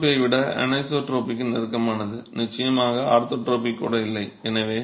இது ஐசோட்ரோபியை விட அனிசோட்ரோபிக்கு நெருக்கமானது நிச்சயமாக ஆர்த்தோட்ரோபிக் கூட இல்லை